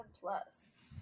Plus